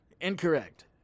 Incorrect